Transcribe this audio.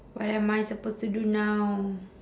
what am I supposed to do now